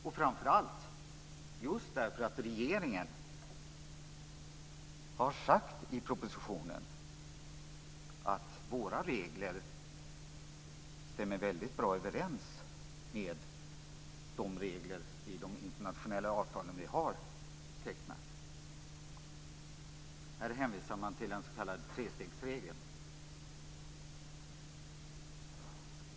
Regeringen har just sagt i propositionen att våra regler stämmer väldigt bra överens med reglerna i de internationella avtal som vi har tecknat. Här hänvisar man till en s.k. trestegsregel.